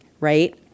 Right